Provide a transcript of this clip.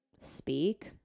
speak